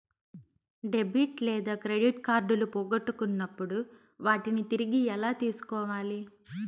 debit లేదా credit కార్డులు పోగొట్టుకున్నప్పుడు వాటిని తిరిగి ఎలా తీసుకోవాలి